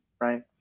right